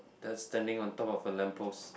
that's standing on top of a lamppost